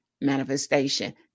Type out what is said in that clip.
manifestation